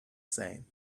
same